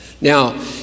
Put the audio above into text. Now